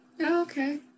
Okay